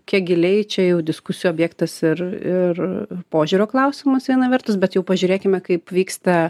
kiek giliai čia jau diskusijų objektas ir ir požiūrio klausimas viena vertus bet jau pažiūrėkime kaip vyksta